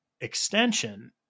extension